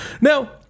Now